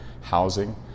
housing